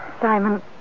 Simon